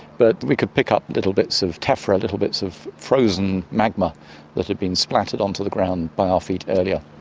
but we could pick up little bits of tephra, little bits of frozen magma that had been splattered onto the ground by our feet earlier.